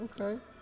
Okay